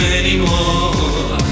anymore